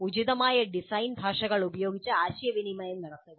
ഉചിതമായ ഡിസൈൻ ഭാഷകൾ ഉപയോഗിച്ച് ആശയവിനിമയം നടത്തുക